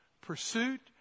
pursuit